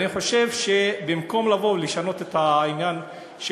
אני חושב שבמקום לבוא ולשנות את העניין של,